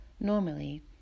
Normally